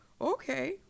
okay